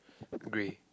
grey